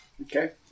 Okay